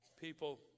people